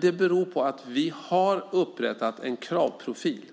Det beror på att vi har upprättat en kravprofil